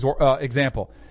example